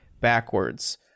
backwards-